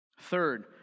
Third